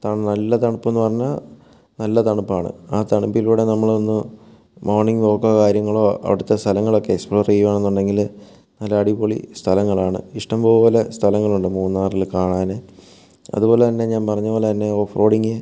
ത നല്ല തണുപ്പെന്നു പറഞ്ഞാൽ നല്ല തണുപ്പാണ് ആ തണുപ്പിലൂടെ നമ്മളൊന്ന് മോർണിംഗ് വോക്കോ കാര്യങ്ങളോ അവിടുത്തെ സ്ഥലങ്ങളൊക്കെ എക്സ്പ്ലോർ ചെയ്യുകയാണെന്നുണ്ടെങ്കിൽ നല്ല അടിപൊളി സ്ഥലങ്ങളാണ് ഇഷ്ടംപോലെ സ്ഥലങ്ങളുണ്ട് മൂന്നാറില് കാണാൻ അതുപോലെ തന്നെ ഞാൻ പറഞ്ഞ പോലെ തന്നെ ഓഫ് റോഡിങ്